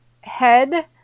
head